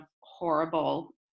horrible